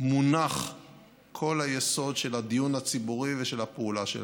מונח כל היסוד של הדיון הציבורי ושל הפעולה שלנו.